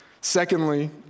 Secondly